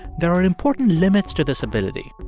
there are important limits to this ability.